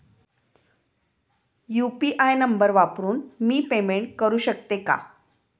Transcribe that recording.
UPI number वापरून मी payment करू शकते का?